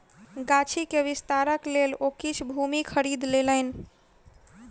गाछी के विस्तारक लेल ओ किछ भूमि खरीद लेलैन